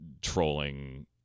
trolling